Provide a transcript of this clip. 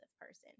person